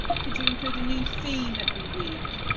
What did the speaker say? could you include a new theme every week?